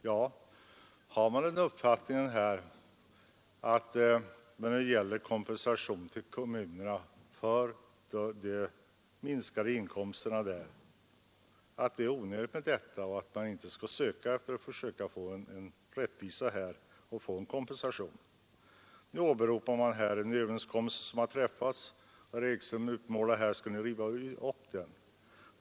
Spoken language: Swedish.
Ja, har man den uppfattningen att kompensation till kommunerna för de minskade inkomsterna är något onödigt och att man inte skall försöka få rättelse och kompensation? Nu åberopas här en överenskommelse som har träffats, och herr Ekström utmålar det så att vi skulle vilja riva upp den.